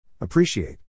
Appreciate